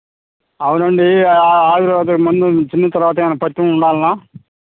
అవునండి ఆయుర్వేదిక్ మందు తిన్న తరువాత ఏమైనా పత్యం ఉండాలా